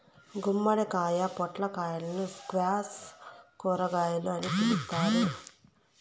గుమ్మడికాయ, పొట్లకాయలను స్క్వాష్ కూరగాయలు అని పిలుత్తారు